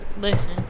Listen